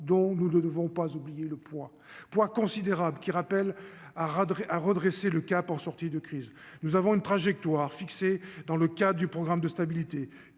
donc nous ne devons pas oublier le poids, poids considérable qui rappellent à radoter à redresser le cap en sortie de crise, nous avons une trajectoire fixée dans le cas du programme de stabilité